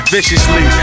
Viciously